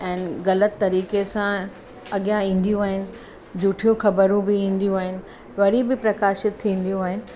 ऐं ग़लति तरीक़े सां अॻियां ईंदियूं आहिनि झूठियूं ख़बरूं बि ईंदियूं आहिनि वरी बि प्रकाशित थींदियू आहिनि